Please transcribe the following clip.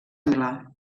milà